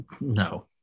No